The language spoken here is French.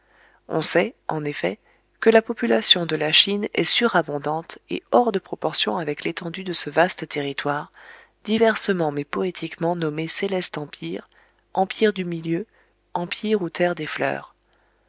on sait en effet que la population de la chine est surabondante et hors de proportion avec l'étendue de ce vaste territoire diversement mais poétiquement nommé céleste empire empire du milieu empire ou terre des fleurs